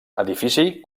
edifici